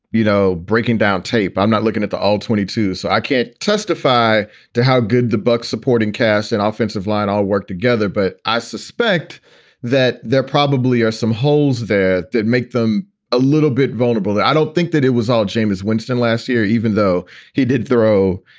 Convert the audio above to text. you know, breaking down tape i'm not looking at the all twenty two. so i can't testify to how good the bucs supporting cast and offensive line all work together. but i suspect that there probably are some holes there that make them a little bit vulnerable. i don't think that it was all jameis winston last year, even though he did throw,